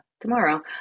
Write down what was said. Tomorrow